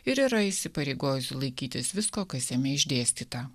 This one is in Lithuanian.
ir yra įsipareigojusi laikytis visko kas jame išdėstyta